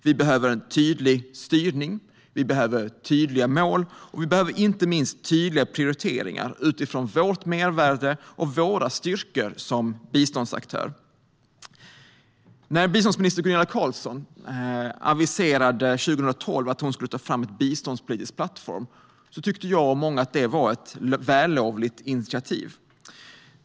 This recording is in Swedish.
Vi behöver en tydlig styrning, tydliga mål och inte minst tydliga prioriteringar utifrån vårt mervärde och våra styrkor som biståndsaktörer. När biståndsminister Gunilla Carlsson aviserade 2012 att hon skulle ta fram en biståndspolitisk plattform tyckte jag och många att det var ett vällovligt initiativ.